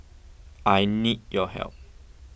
I need your help